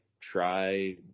try